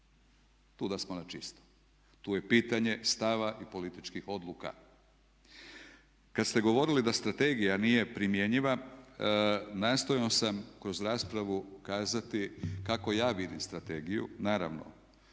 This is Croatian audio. To da smo načisto. Tu je pitanje stava i političkih odluka. Kada ste govorili da strategija nije primjenjiva nastojao sam kroz raspravu kazati kako ja vidim strategiju, naravno